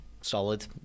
solid